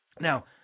Now